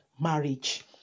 marriage